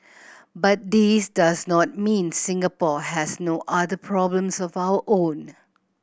but this does not mean Singapore has no other problems of our own